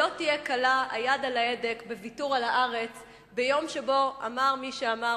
שלא תהיה קלה היד על ההדק בוויתור על הארץ ביום שבו אמר מי שאמר,